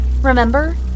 Remember